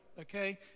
okay